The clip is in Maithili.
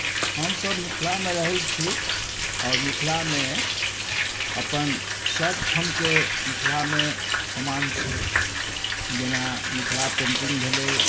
हमसभ मिथिलामे रहैत छी आओर मिथिलामे अपन सभठामके मिथिलामे सामान छै जेना मिथिला पेंटिंग भेलै